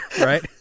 Right